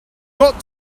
got